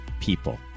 people